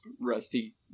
Rusty